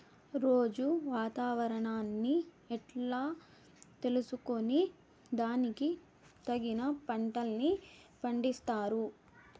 రోజూ వాతావరణాన్ని ఎట్లా తెలుసుకొని దానికి తగిన పంటలని పండిస్తారు?